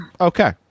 okay